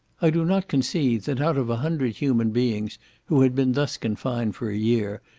i do not conceive, that out of a hundred human beings who had been thus confined for a year,